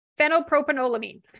Phenylpropanolamine